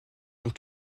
ont